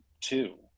two